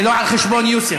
זה לא על חשבון יוסף.